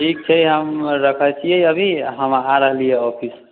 ठीक छै हम रखै छियै अभी हम आ रहलीह है ऑफिस